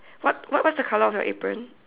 what what what's the colour of your apron